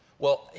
well,